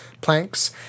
planks